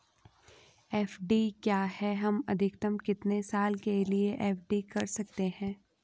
FD क्या है हम अधिकतम कितने साल के लिए एफ.डी कर सकते हैं?